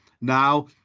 now